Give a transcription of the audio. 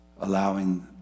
allowing